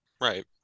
Right